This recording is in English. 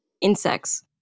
insects